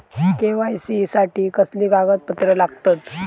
KYC साठी कसली कागदपत्र लागतत?